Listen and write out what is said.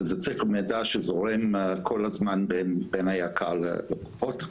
וזה צריך להיות מידע שזורם כל הזמן בין היק"ר לקופות,